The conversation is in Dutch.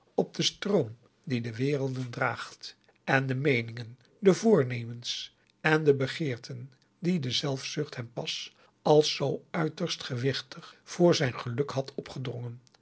op den stroom die de werelden draagt en de meeningen de voornemens en de begeerten die de zelfzucht hem pas als zoo uiterst gewichtig voor zijn geluk had opgedrongen